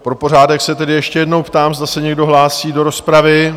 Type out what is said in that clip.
Pro pořádek se tedy ještě jednou ptám, zda se někdo hlásí do rozpravy?